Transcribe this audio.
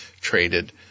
traded